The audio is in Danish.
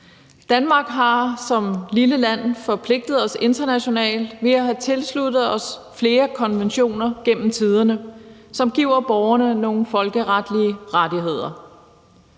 Danmark har vi som lille land forpligtet os internationalt ved gennem tiderne at have tilsluttet os flere konventioner, som giver borgerne nogle folkeretlige rettigheder.